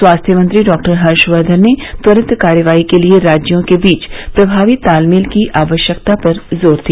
स्वास्थ्य मंत्री डॉ हर्षवर्धन ने त्वरित कार्रवाई के लिए राज्यों के बीच प्रभावी तालमेल की आवश्यकता पर जोर दिया